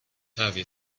heavy